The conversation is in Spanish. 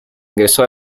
ingresó